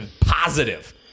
Positive